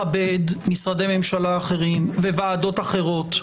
אני מכבד משרדי ממשלה אחרים וועדות אחרות.